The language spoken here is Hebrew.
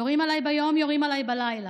יורים עליי ביום, יורים עליי בלילה,